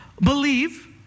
believe